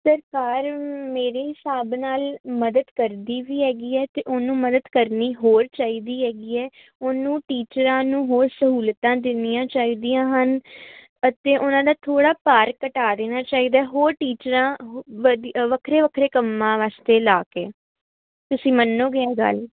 ਸਰਕਾਰ ਮੇਰੇ ਹਿਸਾਬ ਨਾਲ ਮਦਦ ਕਰਦੀ ਵੀ ਹੈਗੀ ਹੈ ਅਤੇ ਉਹਨੂੰ ਮਦਦ ਕਰਨੀ ਹੋਰ ਚਾਹੀਦੀ ਹੈਗੀ ਹੈ ਉਹਨੂੰ ਟੀਚਰਾਂ ਨੂੰ ਹੋਰ ਸਹੂਲਤਾਂ ਦੇਣੀਆਂ ਚਾਹੀਦੀਆਂ ਹਨ ਅਤੇ ਉਹਨਾਂ ਦਾ ਥੋੜ੍ਹਾ ਭਾਰ ਘਟਾ ਦੇਣਾ ਚਾਹੀਦਾ ਹੋਰ ਟੀਚਰਾਂ ਵਧੀ ਵੱਖਰੇ ਵੱਖਰੇ ਕੰਮਾਂ ਵਾਸਤੇ ਲਾ ਕੇ ਤੁਸੀਂ ਮੰਨੋਗੇ ਇਹ ਗੱਲ